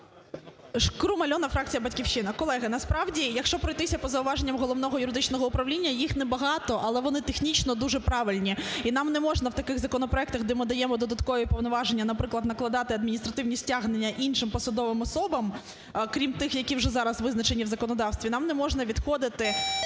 Шкрум Альона, фракція "Батьківщина". Колеги, насправді, якщо пройтися по зауваженням Головного юридичного управління, їх небагато, але вони технічно дуже правильні. І нам не можна в таких законопроектах, де ми даємо додаткові повноваження, наприклад, накладати адміністративні стягнення іншим посадовим особам, крім тих, які вже зараз визначені в законодавстві, нам не можна відходити